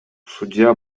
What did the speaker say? судья